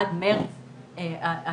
עד מרץ 2021,